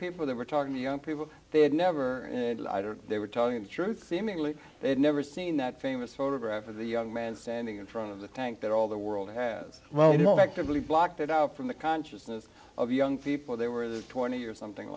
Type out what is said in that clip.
people they were talking to young people they had never they were talking in truth seemingly they'd never seen that famous photograph of the young man standing in front of the tank that all the world has well you know actively blocked it out from the consciousness of young people they were there twenty years something